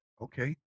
Okay